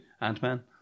Ant-Man